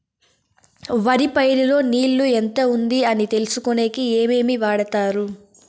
వరి పైరు లో నీళ్లు ఎంత ఉంది అని తెలుసుకునేకి ఏమేమి వాడతారు?